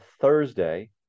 Thursday